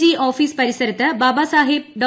G office പരിസരത്ത് Babasaheb ഡോ